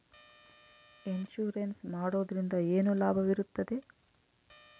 Insurance ಮಾಡೋದ್ರಿಂದ ಏನು ಲಾಭವಿರುತ್ತದೆ?